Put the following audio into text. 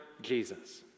Jesus